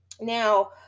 now